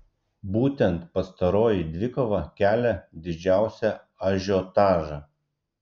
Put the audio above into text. būtent pastaroji dvikova kelia didžiausią ažiotažą